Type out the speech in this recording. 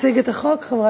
הצעת החוק חוזרת